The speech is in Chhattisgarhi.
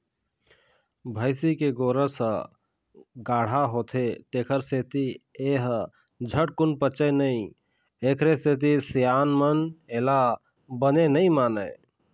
भइसी के गोरस ह गाड़हा होथे तेखर सेती ए ह झटकून पचय नई एखरे सेती सियान मन एला बने नइ मानय